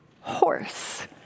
horse